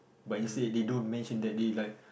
but you say they don't mention that they like